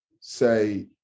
say